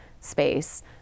space